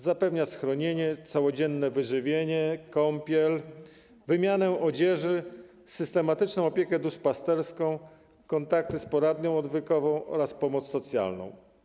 Zapewnia schronienie, całodzienne wyżywienie, kąpiel, wymianę odzieży, systematyczną opiekę duszpasterską, kontakty z poradnią odwykową oraz pomoc socjalną.